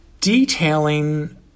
detailing